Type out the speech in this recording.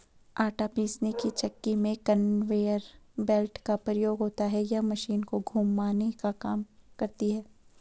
आटा पीसने की चक्की में कन्वेयर बेल्ट का प्रयोग होता है यह मशीन को घुमाने का काम करती है